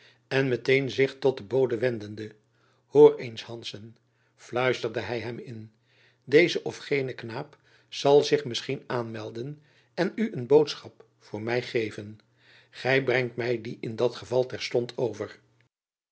en met-een zich tot den bode wendende hoor eens hanszen fluisterde hy hem in deze of gene knaap zal zich misschien aanmelden en u een boodschap voor my geven gy brengt my dien in dat geval terstond over